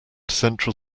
central